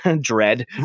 dread